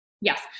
Yes